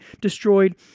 destroyed